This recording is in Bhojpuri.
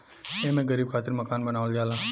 एमे गरीब खातिर मकान बनावल जाला